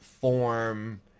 form